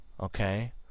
Okay